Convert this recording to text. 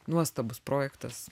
nuostabus projektas